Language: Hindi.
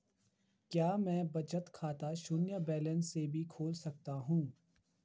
क्या मैं बचत खाता शून्य बैलेंस से भी खोल सकता हूँ?